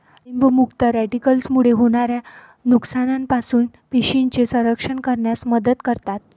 डाळिंब मुक्त रॅडिकल्समुळे होणाऱ्या नुकसानापासून पेशींचे संरक्षण करण्यास मदत करतात